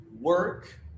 work